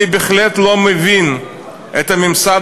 אני בהחלט לא מבין את הממסד